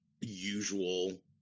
usual